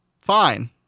fine